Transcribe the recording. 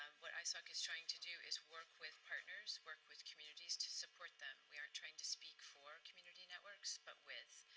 um what ashok is trying to do is work with partners, work with communities to support them. we are not trying to speak for community networks but with.